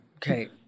Okay